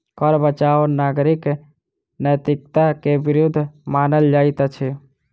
कर बचाव नागरिक नैतिकता के विरुद्ध मानल जाइत अछि